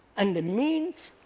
and the means